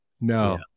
no